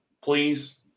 please